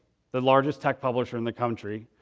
the largest tech publisher in the country